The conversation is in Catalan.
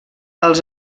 els